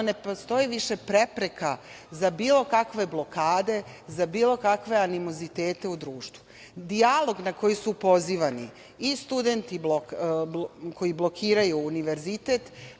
ne postoji više prepreka za bilo kakve blokade, za bilo kakve animozitete u društvu. Dijalog na koji su pozivani i studenti koji blokiraju univerzitet,